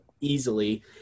easily